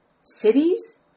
cities